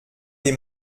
des